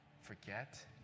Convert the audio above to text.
forget